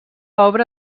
obra